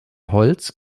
holz